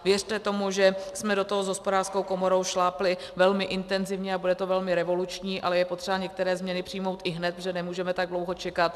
Věřte tomu, že jsme do toho s Hospodářskou komorou šlápli velmi intenzivně a bude to velmi revoluční, ale je potřeba některé změny přijmout ihned, protože nemůžeme tak dlouho čekat.